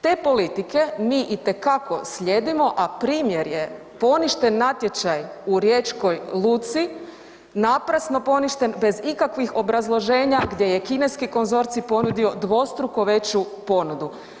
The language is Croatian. Te politike mi itekako slijedimo, a primjer je poništen natječaj u riječkoj luci naprasno poništen bez ikakvih obrazloženja gdje je kineski konzorcij ponudio dvostruko veću ponudu.